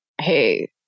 Hey